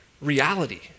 reality